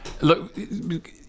Look